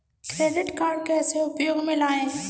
Credit card कैसे उपयोग में लाएँ?